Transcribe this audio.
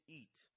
eat